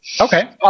Okay